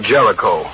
Jericho